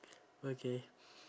okay